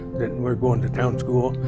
that were goin' to town school,